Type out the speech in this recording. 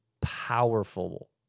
powerful